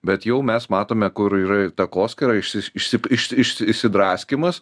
bet jau mes matome kur yra ir takoskyra išsi išsi išsi iš išsidraskymas